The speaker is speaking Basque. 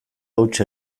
huts